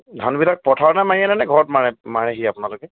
ধানবিলাক পথাৰতে মাৰি আনে নে ঘৰত মাৰে মাৰেহি আপোনালোকে